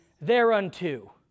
thereunto